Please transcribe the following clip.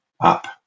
up